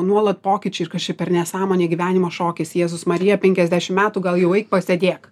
nuolat pokyčiai ir kas čia per nesąmonė gyvenimo šokis jėzus marija penkiasdešim metų gal jau eik pasėdėk